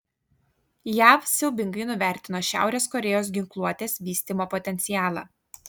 jav siaubingai nuvertino šiaurės korėjos ginkluotės vystymo potencialą